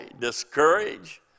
discourage